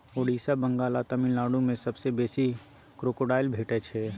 ओड़िसा, बंगाल आ तमिलनाडु मे सबसँ बेसी क्रोकोडायल भेटै छै